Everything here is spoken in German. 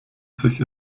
sich